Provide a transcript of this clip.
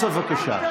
הפוליטיקה מאפשרת.